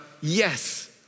Yes